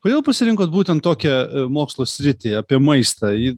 kodėl pasirinkot būtent tokią mokslo sritį apie maistą ji